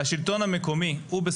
והשלטון המקומי הוא שיודע,